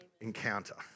encounter